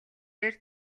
дээр